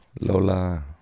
Lola